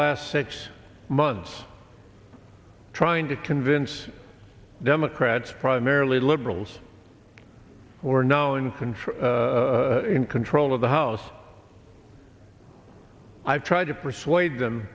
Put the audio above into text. last six months trying to convince democrats primarily liberals or now in control in control of the house i've tried to persuade them